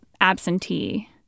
absentee